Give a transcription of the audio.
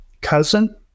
cousin